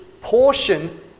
portion